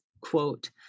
Quote